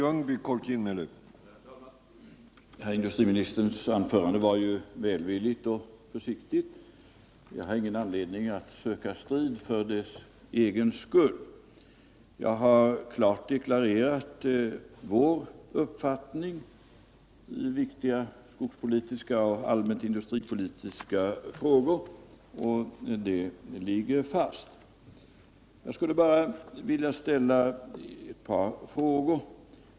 Herr talman! Industriministerns anförande var välvilligt och försiktigt och jag har ingen anledning att söka strid för dess egen skull. Jag har klart deklarerat vår uppfattning i viktiga skogspolitiska och allmänt industripolitiska frågor, och den ligger fast. Jag skulle bara vilja ställa ett par frågor.